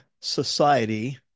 society